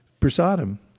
prasadam